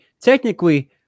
technically